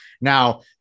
now